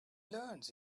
learns